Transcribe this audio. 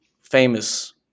famous